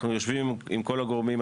אנחנו יושבים עם כל הגורמים,